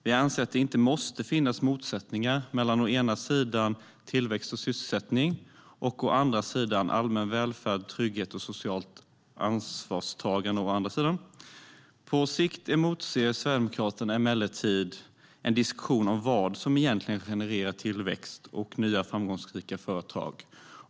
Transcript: Vi anser att det inte måste finnas motsättningar mellan å ena sidan tillväxt och sysselsättning, å andra sidan allmän välfärd, trygghet och socialt ansvarstagande. På sikt emotser Sverigedemokraterna emellertid en diskussion om vad som egentligen genererar tillväxt och nya framgångsrika företag.